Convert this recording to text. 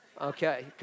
Okay